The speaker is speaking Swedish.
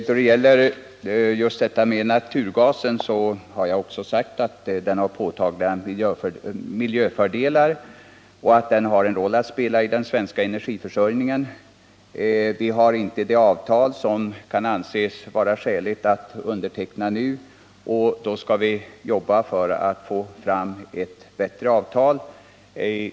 Herr talman! Även jag har sagt att naturgasen har påtagliga miljöfördelar och en roll att spela i den svenska energiförsörjningen. Vi har dock inte nu ett skäligt avtal att underteckna. Vi måste jobba för att få fram ett bättre avtal.